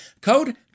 Code